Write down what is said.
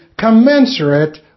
commensurate